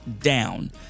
down